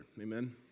Amen